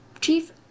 Chief